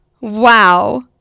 Wow